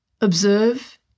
Observe